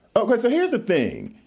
okay so here's the thing,